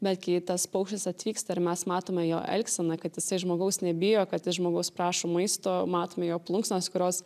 bet kitas paukštis atvyksta ir mes matome jo elgseną kad jisai žmogaus nebijo kad iš žmogaus prašo maisto matome jo plunksnas kurios